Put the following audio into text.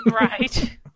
Right